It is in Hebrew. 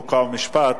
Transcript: חוק ומשפט,